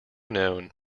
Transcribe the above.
known